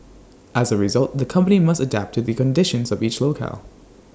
as A result the company must adapt to the conditions of each locale